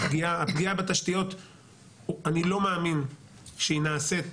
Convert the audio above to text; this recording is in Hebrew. הפגיעה בתשתיות אני לא מאמין שהיא נעשית